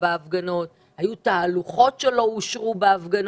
בהפגנות, היו תהלוכות שלא אושרו בהפגנות,